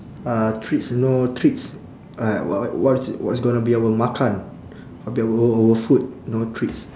uh treats you know treats uh w~ what's what's gonna be our makan be our our food know treats